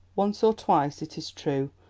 once or twice, it is true,